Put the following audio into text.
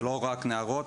זה לא רק נערות,